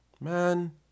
Man